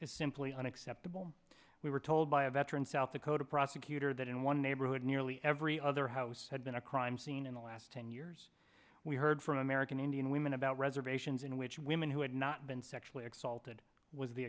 is simply unacceptable we were told by a veteran south dakota prosecutor that in one neighborhood nearly every other house had been a crime scene in the last ten years we heard from american indian women about reservations in which women who had not been sexually assaulted was the